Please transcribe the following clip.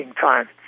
time